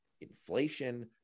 inflation